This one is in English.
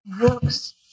works